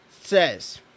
Says